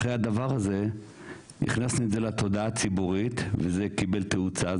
אחרי הדבר הזה הכנסנו את זה לתודעה הציבורית וזה קיבל תאוצה.